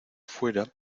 fuera